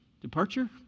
Departure